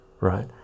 right